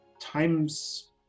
times